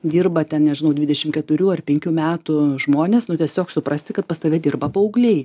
dirba ten nežinau dvidešim keturių ar penkių metų žmonės nu tiesiog suprasti kad pas tave dirba paaugliai